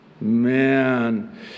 Man